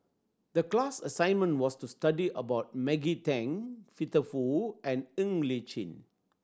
the class assignment was to study about Maggie Teng Peter Fu and Ng Li Chin